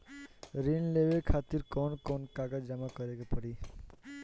ऋण लेवे खातिर कौन कागज जमा करे के पड़ी?